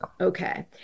Okay